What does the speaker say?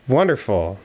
Wonderful